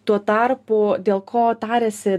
tuo tarpu dėl ko tariasi